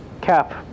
Cap